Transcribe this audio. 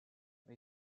ont